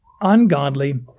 ungodly